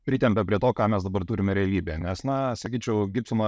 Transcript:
pritempia prie to ką mes dabar turime realybėje nes na sakyčiau gibsono